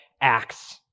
acts